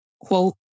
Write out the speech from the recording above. quote